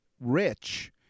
Rich